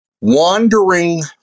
Wandering